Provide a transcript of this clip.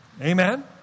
Amen